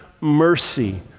mercy